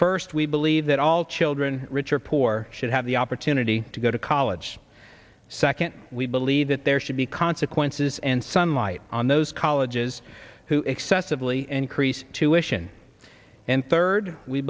first we believe that all children rich or poor should have the opportunity to go to college second we believe that there should be consequences and sunlight on those colleges who excessively increase tuitions and third we